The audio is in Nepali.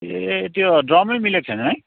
ए त्यो ड्रमै मिलेको छैन है